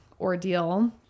ordeal